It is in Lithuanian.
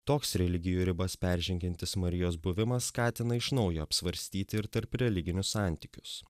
toks religijų ribas peržengiantis marijos buvimas skatina iš naujo apsvarstyti ir tarp religinius santykius